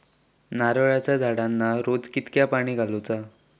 नारळाचा झाडांना रोज कितक्या पाणी घालुचा?